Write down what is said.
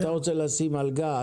אתה רוצה לשים על גג,